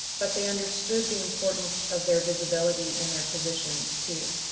but they understood the importance of their visibility in their positions too.